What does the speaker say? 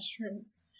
mushrooms